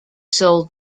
sold